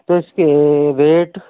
تو اِس کے ریٹ